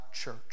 church